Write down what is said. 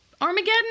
Armageddon